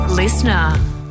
Listener